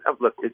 look